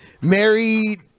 Mary